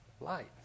light